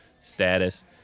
status